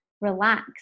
relax